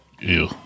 Ew